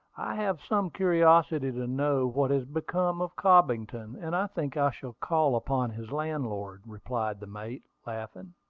i have some curiosity to know what has become of cobbington and i think i shall call upon his landlord, replied the mate, laughing.